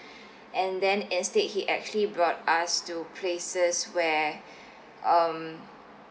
and then instead he actually brought us to places where um